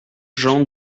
jean